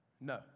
No